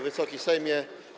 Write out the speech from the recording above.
Wysoki Sejmie!